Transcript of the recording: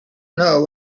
know